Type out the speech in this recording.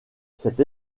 cette